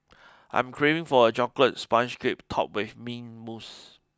I'm craving for a chocolate sponge cake topped with mint mousse